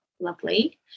lovely